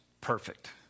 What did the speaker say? perfect